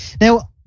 Now